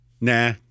Nah